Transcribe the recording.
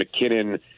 McKinnon